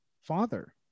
father